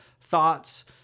thoughts